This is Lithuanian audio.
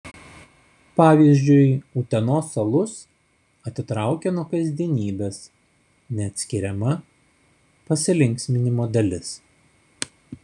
pavyzdžiui utenos alus atitraukia nuo kasdienybės neatskiriama pasilinksminimo dalis